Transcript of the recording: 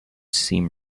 seam